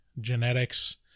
genetics